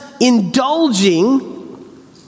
indulging